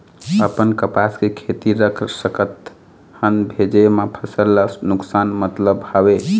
अपन कपास के खेती रख सकत हन भेजे मा फसल ला नुकसान मतलब हावे?